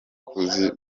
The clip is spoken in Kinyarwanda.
kuzishyura